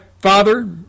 father